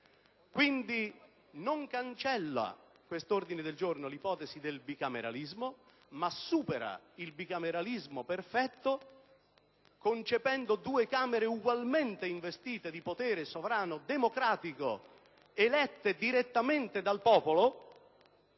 G103 non cancella l'ipotesi del bicameralismo, ma supera il bicameralismo perfetto, concependo due Camere ugualmente investite di potere sovrano democratico, elette direttamente dal popolo,